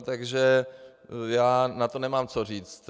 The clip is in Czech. Takže já na to nemám co říct.